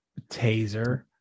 Taser